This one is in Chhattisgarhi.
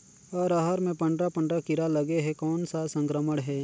अरहर मे पंडरा पंडरा कीरा लगे हे कौन सा संक्रमण हे?